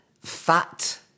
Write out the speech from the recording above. fat